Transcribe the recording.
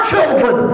children